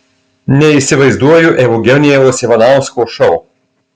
neįsivaizduoju eugenijaus ivanausko šou